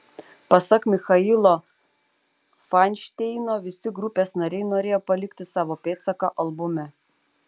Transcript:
pasak michailo fainšteino visi grupės nariai norėjo palikti savo pėdsaką albume